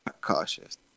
cautious